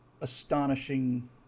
astonishing